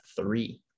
three